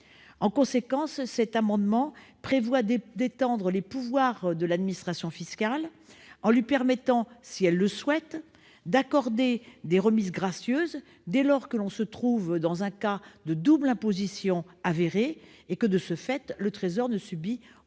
En conséquence, cet amendement prévoit d'étendre les pouvoirs de l'administration fiscale en lui permettant, si elle le souhaite, d'accorder des remises gracieuses, dès lors que l'on se trouve dans un cas de double imposition avéré et que, de ce fait, le Trésor ne subit aucun